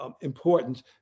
important